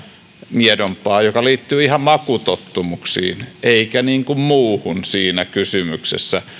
miedompaa mikä liittyy ihan makutottumuksiin ei muuhun siinä kysymyksessä